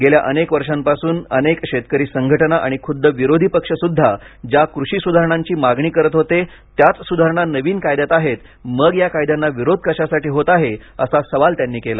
गेल्या अनेक वर्षांपासून अनेक शेतकरी संघटना आणि खुद्द विरोधी पक्षसुद्धा ज्या कृषी सुधारणांची मागणी करत होते त्याच सुधारणा नवीन कायद्यात आहेत मग या कायद्यांना विरोध कशासाठी होत आहे असा सवाल त्यांनी केला